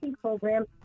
program